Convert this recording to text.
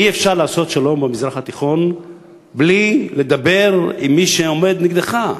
אי-אפשר לעשות שלום במזרח התיכון בלי לדבר עם מי שעומד נגדך,